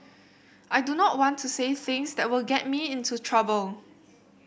I do not want to say things that will get me into trouble